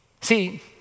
See